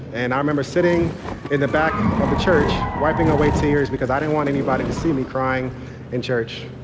and i remember sitting in the back of the church wiping away tears because i didn't want anybody to see me crying in church.